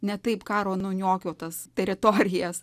ne taip karo nuniokotas teritorijas